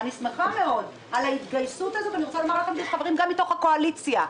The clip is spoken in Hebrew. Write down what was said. אני שמחה מאוד על ההתגייסות הזאת גם מתוך הקואליציה.